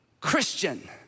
Christian